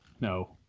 no